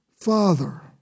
Father